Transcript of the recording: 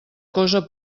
cosa